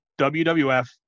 WWF